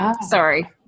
sorry